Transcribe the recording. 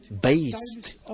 based